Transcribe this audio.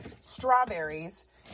strawberries